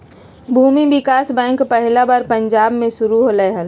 भूमि विकास बैंक पहला बार पंजाब मे शुरू होलय हल